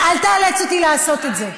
אבל אל תאלץ אותי לעשות את זה.